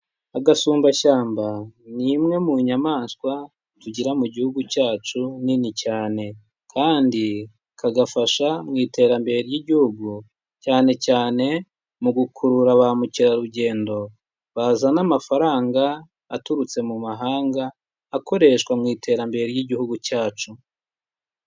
Agasumbashyamba ni imwe mu nyamaswa tugira mu gihugu cyacu nini cyane, kandi kagafasha mu iterambere ry'igihugu cyane cyane mu gukurura ba mukerarugendo bazana amafaranga aturutse mu mahanga, akoreshwa mu iterambere ry'igihugu cyacu.